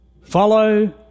Follow